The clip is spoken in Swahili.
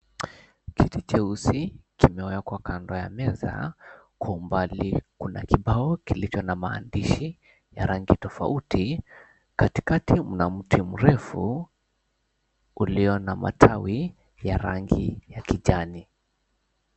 Kiti cheusi kimewekwa kando ya meza, kwa umbali kuna kibao kilicho na maandishi ya rangi tofauti. Katikati mna mti mrefu ulio na matawi ya rangi ya kijani.